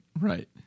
Right